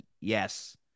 yes